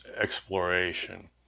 exploration